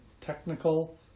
technical